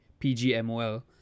PGMOL